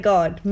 God